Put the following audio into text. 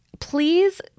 Please